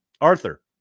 Arthur